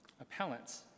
appellants